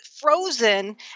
frozen